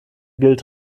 gilt